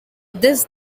this